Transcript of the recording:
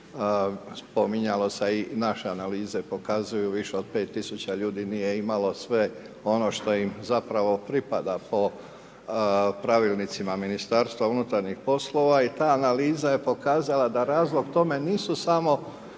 Spominjalo se, a i naše analize pokazuju više od 5 tisuća ljudi nije imalo sve ono što im zapravo pripada po pravilnicima Ministarstva unutarnjih poslova i ta analiza je pokazala da razlog tome nisu samo